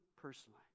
personally